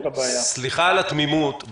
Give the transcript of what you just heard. סליחה על התמימות,